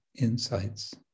insights